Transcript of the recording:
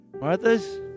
Martha's